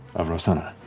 of rosohna,